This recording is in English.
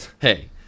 Hey